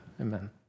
Amen